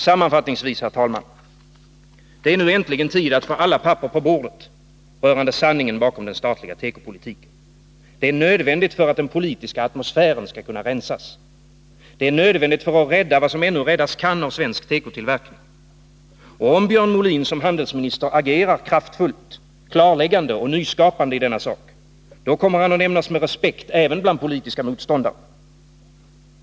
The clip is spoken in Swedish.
Sammanfattningsvis, herr talman: Det är nu äntligen tid att få alla papper på bordet och få veta sanningen om den statliga tekopolitiken. Det är nödvändigt för att den politiska atmosfären ska kunna rensas. Det är nödvändigt för att rädda vad som ännu räddas kan av svensk tekotillverkning. Om Björn Molin som handelsminister agerar kraftfullt, klarläggande och nyskapande i denna sak — då kommer han att nämnas med respekt även bland politiska motståndare.